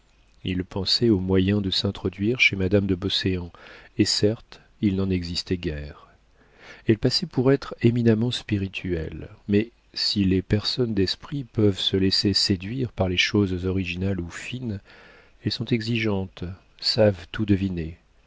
il pensait aux moyens de s'introduire chez madame de beauséant et certes il n'en existait guère elle passait pour être éminemment spirituelle mais si les personnes d'esprit peuvent se laisser séduire par les choses originales ou fines elles sont exigeantes savent tout deviner